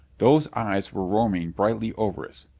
those eyes were roaming brightly over us,